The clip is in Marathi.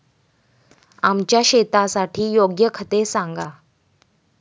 आमच्या शेतासाठी योग्य खते सांगा